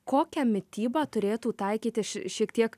kokią mitybą turėtų taikyti ši šiek tiek